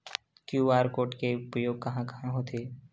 QR code के उपयोग कहां कहां होथे?